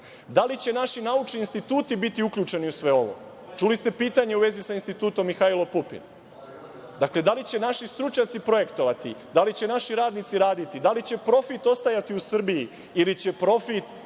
Da li će naši naučni instituti biti uključeni u sve ovo? Čuli ste pitanje u vezi sa Institutom „Mihajlo Pupin“. Dakle, da li će naši stručnjaci projektovati? Da li će naši radnici raditi? Da li će profit ostajati u Srbiji ili će profit